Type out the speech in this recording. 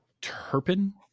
Turpin